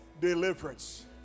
Deliverance